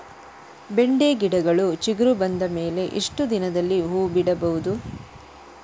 ಬೆಂಡೆ ಗಿಡಗಳು ಚಿಗುರು ಬಂದ ಮೇಲೆ ಎಷ್ಟು ದಿನದಲ್ಲಿ ಹೂ ಬಿಡಬಹುದು?